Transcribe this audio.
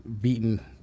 beaten